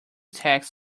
text